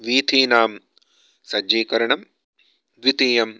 वीथीनां सज्जीकरणं द्वितीयं